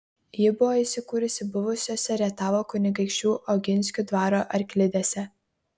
ji buvo įsikūrusi buvusiose rietavo kunigaikščių oginskių dvaro arklidėse